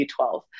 B12